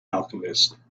alchemist